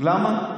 למה?